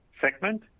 segment